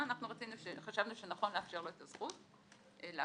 אנחנו חשבנו שנכון לאפשר לו את הזכות להקפיא,